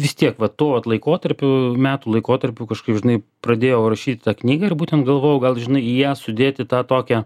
vis tiek va tuo vat laikotarpiu metų laikotarpiu kažkaip žinai pradėjau rašyt tą knygą ir būtent galvojau gal žinai į ją sudėti tą tokią